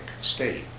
state